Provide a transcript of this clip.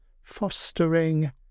fostering